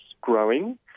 growing